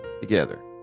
together